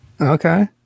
Okay